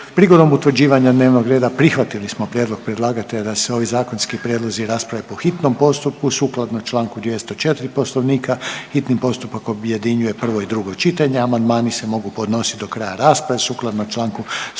Prigodom utvrđivanja dnevnog reda prihvatili smo prijedlog predlagatelja da se ovi zakonski prijedlozi rasprave po hitnom postupku. Sukladno članku 204. Poslovnika hitni postupak objedinjuje prvo i drugo čitanje. Amandmani se mogu podnositi do kraja rasprave sukladno članku